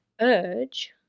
urge